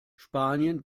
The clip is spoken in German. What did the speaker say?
spanien